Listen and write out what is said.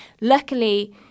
luckily